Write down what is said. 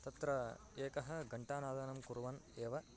तत्र एकः घण्टानादं कुर्वन् एव